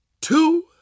two